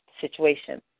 situation